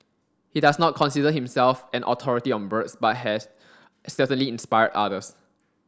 he does not consider himself an authority on birds but has certainly inspired others